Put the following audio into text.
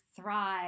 thrive